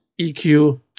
EQ